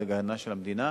הגנה של המדינה,